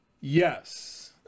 yes